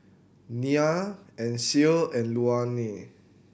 Nia Ancil and Luanne